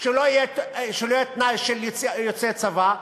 שלא יהיה תנאי של יוצאי צבא,